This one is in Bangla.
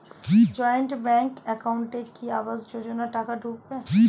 জয়েন্ট ব্যাংক একাউন্টে কি আবাস যোজনা টাকা ঢুকবে?